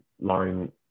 line